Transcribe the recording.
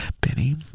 Benny